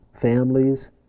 families